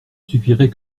suffirait